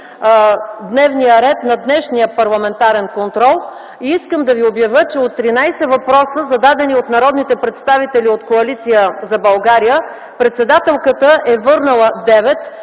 дневният ред на днешния парламентарен контрол. Искам да обявя, че от 13 въпроса, зададени от народни представители от Коалиция за България, председателката е върнала 9,